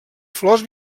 flors